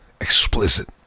explicit